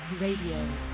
Radio